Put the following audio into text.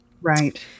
right